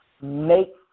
make